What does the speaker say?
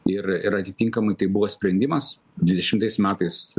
ir ir atitinkamai tai buvo sprendimas dvidešimtais metais